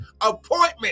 appointment